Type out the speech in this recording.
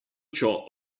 ciò